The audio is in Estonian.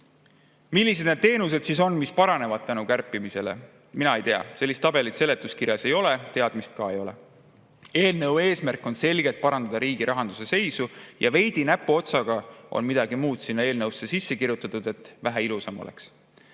need teenused siis on, mis paranevad tänu kärpimisele? Mina ei tea. Sellist tabelit seletuskirjas ei ole, teadmist ka ei ole. Eelnõu eesmärk on selgelt parandada riigi rahanduse seisu ja veidi, näpuotsaga on ka midagi muud sinna eelnõusse sisse kirjutatud, et vähe ilusam oleks.